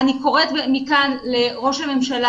אני קוראת מכאן לראש הממשלה,